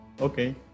okay